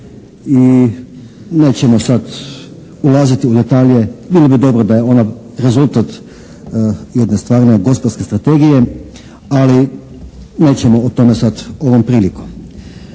i nećemo sada ulaziti u detalje, bilo bi dobro da je ona rezultat jedne stvarne gospodarske strategije ali nećemo o tome sada ovom prilikom.